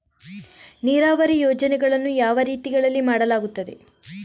ನೀರಾವರಿ ಯೋಜನೆಗಳನ್ನು ಯಾವ ರೀತಿಗಳಲ್ಲಿ ಮಾಡಲಾಗುತ್ತದೆ?